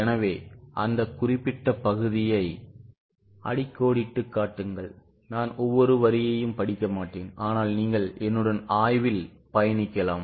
எனவே அந்த குறிப்பிட்ட பகுதியை அடிக்கோடிட்டுக் காட்டுங்கள் நான் ஒவ்வொரு வரியையும் படிக்க மாட்டேன் ஆனால் நீங்கள் என்னுடன் ஆய்வில் பயணிக்கலாம்